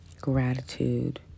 gratitude